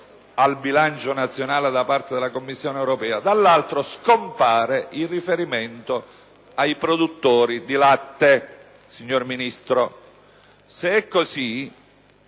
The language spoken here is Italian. al bilancio nazionale da parte della Commissione europea), dall'altro, però, scompare il riferimento ai produttori di latte. Se è così,